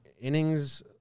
innings –